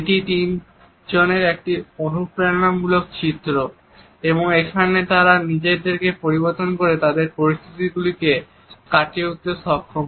এটি তিনজনের একটি অনুপ্রেরণামূলক চিত্র এবং কিভাবে তারা নিজেকে পরিবর্তন করে তাদের পরিস্থিতিগুলিকে কাটিয়ে উঠতে সক্ষম